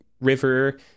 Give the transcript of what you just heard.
river